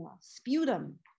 sputum